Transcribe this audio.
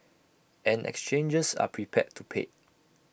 and exchanges are prepared to pay